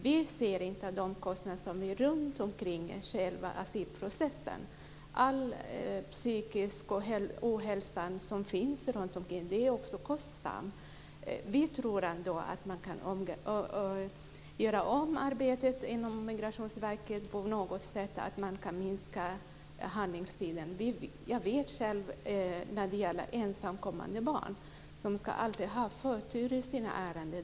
Man tar inte hänsyn till de kostnader som uppstår runtomkring själva asylprocessen, till all den psykiska ohälsa som denna medför. Det är också kostsamt. Vi tror ändå att man kan organisera om arbetet på Migrationsverket så att handläggningstiden förkortas. Ett exempel är ensamkommande barn som alltid ska ha behandlas med förtur.